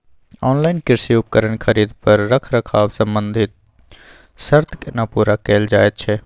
Online कृषि उपकरण खरीद पर रखरखाव संबंधी सर्त केना पूरा कैल जायत छै?